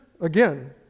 again